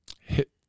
hit –